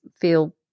feel